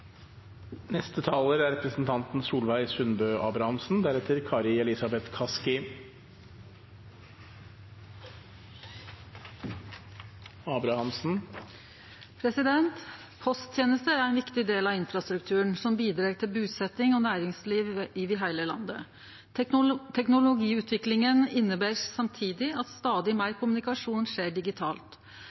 Posttenester er ein viktig del av infrastrukturen som bidreg til busetjing og næringsliv over heile landet. Teknologiutviklinga inneber samtidig at stadig meir kommunikasjon skjer digitalt.